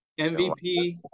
MVP